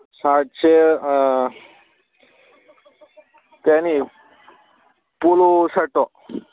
ꯁꯥꯔꯠꯁꯦ ꯀꯔꯤ ꯍꯥꯏꯅꯤ ꯄꯣꯂꯣ ꯁꯥꯔꯠꯇꯣ